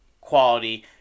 quality